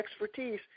expertise